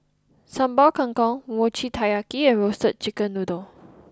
Sambal Kangkong Mochi Taiyaki and Roasted Chicken Noodle